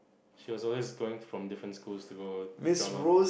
she was always going from different schools to go drama